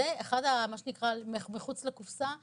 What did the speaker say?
זה מחוץ לקופסה.